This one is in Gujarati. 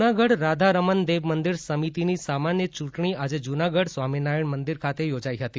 જૂનાગઢ રાધા રમન દેવ મંદિર સમિતિની સામાન્ય ચૂંટણી આજે જૂનાગઢ સ્વામિનારાયણ મંદિર ખાતે યોજાઈ હતી